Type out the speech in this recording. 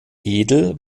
edel